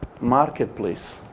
marketplace